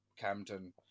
camden